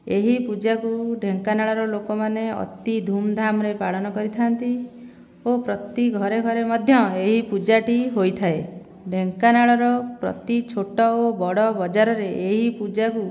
ଏହି ପୂଜାକୁ ଢେଙ୍କାନାଳର ଲୋକମାନେ ଅତି ଧୁମଧାମରେ ପାଳନ କରିଥାନ୍ତି ଓ ପ୍ରତି ଘରେ ଘରେ ମଧ୍ୟ ଏହି ପୂଜାଟି ହୋଇଥାଏ ଢେଙ୍କାନାଳର ପ୍ରତି ଛୋଟ ଓ ବଡ଼ ବଜାରରେ ଏହି ପୂଜାକୁ